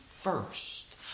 first